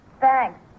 Thanks